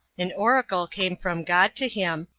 an oracle came from god to him,